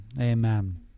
Amen